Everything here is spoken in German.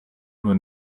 nur